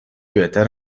بهتر